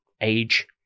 age